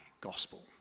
gospel